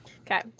okay